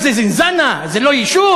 וזה זינזנה, זה לא יישוב?